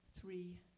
three